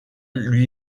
lui